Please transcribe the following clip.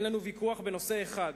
אין לנו ויכוח בנושא אחד: